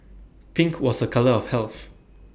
pink was A colour of health